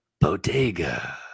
Bodega